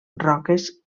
roques